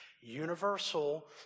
universal